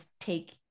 take